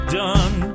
done